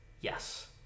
Yes